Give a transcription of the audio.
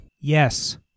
Yes